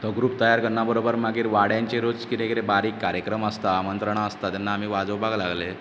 तो ग्रूप तयार करना बरोबर मागीर वाड्याचेरूच कितें कितें बारीक कार्यक्रम आसता आमंत्रणां आसता तेन्ना आमीं वाजोवपाक लागले